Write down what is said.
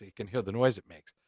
can hear the noise it makes.